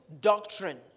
doctrine